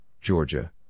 Georgia